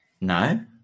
no